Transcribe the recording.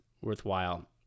worthwhile